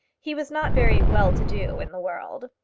he was not very well-to-do in the world.